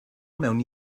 mewn